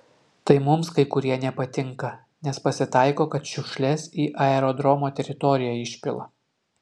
tai mums kai kurie nepatinka nes pasitaiko kad šiukšles į aerodromo teritoriją išpila